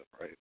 right